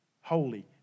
Holy